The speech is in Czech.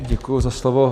Děkuju za slovo.